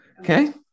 Okay